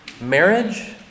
Marriage